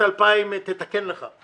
ובשנת 2022, תתקן לך,